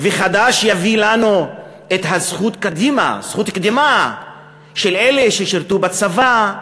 וחוק חדש יביא לנו את זכות הקדימה של אלה ששירתו בצבא,